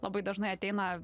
labai dažnai ateina